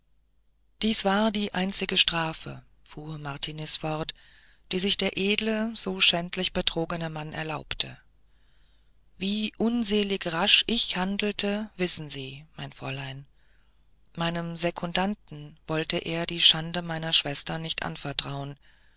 dies war die einzige strafe fuhr martiniz fort die sich der edle so schändlich betrogene mann erlaubte wie unselig rasch ich handelte wissen sie mein fräulein meinem sekundanten wollte er die schande meiner schwester nicht anvertrauen